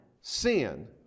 sin